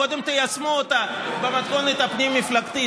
קודם תיישמו אותה במתכונת הפנים-מפלגתית,